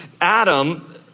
Adam